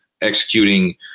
executing